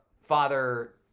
father